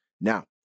Now